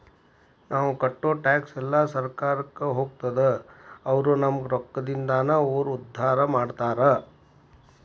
ನಾವ್ ಕಟ್ಟೋ ಟ್ಯಾಕ್ಸ್ ಎಲ್ಲಾ ಸರ್ಕಾರಕ್ಕ ಹೋಗ್ತದ ಅವ್ರು ನಮ್ ರೊಕ್ಕದಿಂದಾನ ಊರ್ ಉದ್ದಾರ ಮಾಡ್ತಾರಾ